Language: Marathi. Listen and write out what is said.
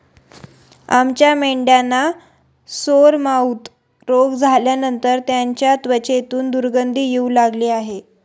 आमच्या मेंढ्यांना सोरमाउथ रोग झाल्यानंतर त्यांच्या त्वचेतून दुर्गंधी येऊ लागली आहे